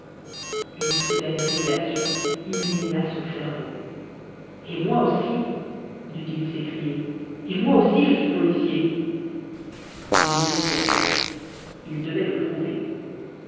une soudaine révélation illumina son cerveau et moi aussi dut-il s'écrier et moi aussi je suis policier il l'était il devait le prouver